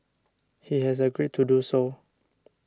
he has agreed to do so